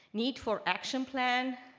need for action plan,